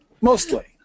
Mostly